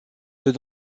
veux